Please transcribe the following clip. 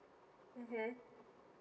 mmhmm